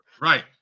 Right